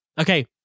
Okay